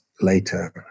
later